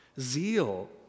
Zeal